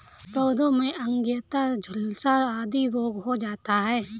पौधों में अंगैयता, झुलसा आदि रोग हो जाता है